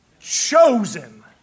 chosen